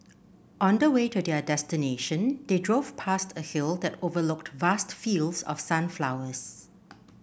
on the way to their destination they drove past a hill that overlooked vast fields of sunflowers